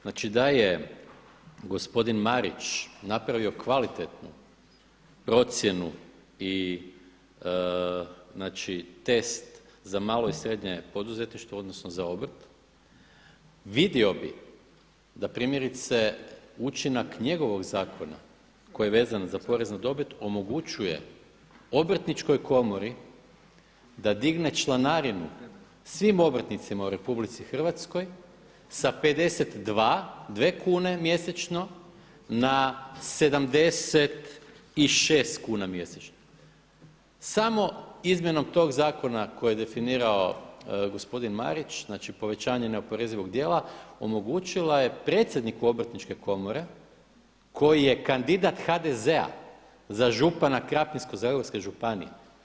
Znači da je gospodin Marić napravio kvalitetnu procjenu i znači test za malo i srednje poduzetništvo, odnosno za obrt vidio bih da primjerice učinak njegovog zakona koji je vezan za porez na dobit omogućuje Obrtničkoj komori da digne članarinu svim obrtnicima u RH sa 52 kune mjesečno na 76 kuna mjesečno samo izmjenom tog zakona koji je definirao gospodin Marić, znači povećanje neoporezivog dijela omogućila je predsjedniku Obrtničke komore koji je kandidat HDZ-a za župana Krapinsko-zagorske županije.